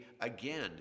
again